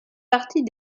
partie